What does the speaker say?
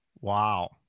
wow